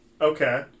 okay